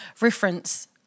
reference